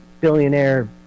billionaire